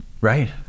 Right